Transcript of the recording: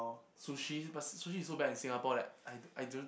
sushi but sushi is so bad in Singapore that I I don't